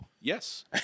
Yes